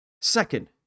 Second